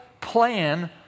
plan